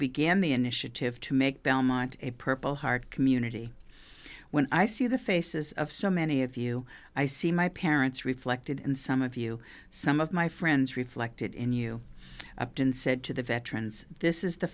began the initiative to make belmont a purple heart community when i see the faces of so many of you i see my parents reflected in some of you some of my friends reflected in you said to the veterans this is the